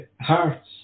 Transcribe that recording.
hearts